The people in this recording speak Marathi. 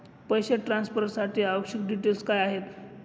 पैसे ट्रान्सफरसाठी आवश्यक डिटेल्स काय आहेत?